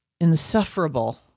insufferable